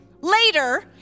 later